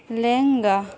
ᱞᱮᱝᱜᱟ